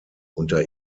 unter